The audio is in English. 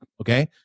Okay